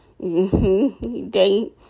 date